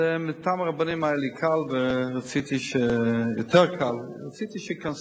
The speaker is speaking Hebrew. שזה מטעם הרבנים היה לי יותר קל, ורציתי שייכנסו.